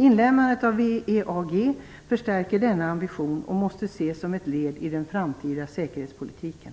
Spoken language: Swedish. Inlemmandet av WEAG förstärker denna ambition och måste ses som ett led i den framtida säkerhetspolitiken.